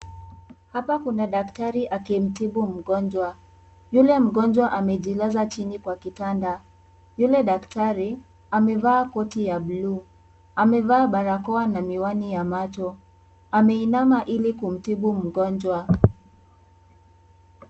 Hapa kuna daktari akmitibu mgonjwa. Yule mgonjwa amejilaza chini Kwa kitanda. Yule daktari amevaa koti ya bluu, amevaa barakoa na miwani ya macho ameinama ili kumtibu mgonjwa .